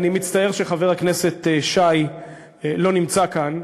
אני מצטער שחבר הכנסת שי לא נמצא כאן.